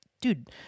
dude